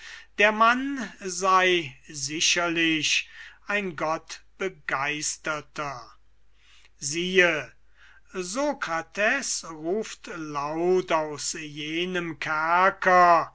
der mann sei ein gott begeisterter siehe sokrates ruft laut aus jenem kerker